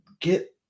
get